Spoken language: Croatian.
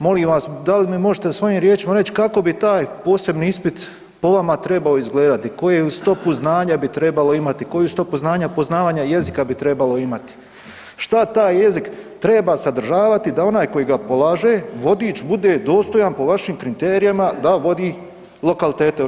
Molim vas, da li mi možete svojim riječima reći kako bi taj posebni ispit po vama trebao izgledati, koju stopu znanja bi trebalo imati, koju stopu znanja poznavanja jezika bi trebalo imati, što taj jezik treba sadržavati da onaj koji ga polaže, vodič, bude dostojan po vašim kriterijama da vodi lokalitete u RH?